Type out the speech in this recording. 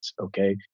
Okay